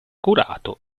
curato